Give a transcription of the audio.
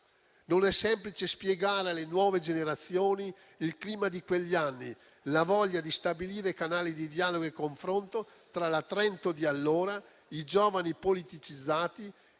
Non è semplice spiegare alle nuove generazioni il clima di quegli anni, la voglia di stabilire canali di dialogo e confronto tra la Trento di allora, i giovani politicizzati,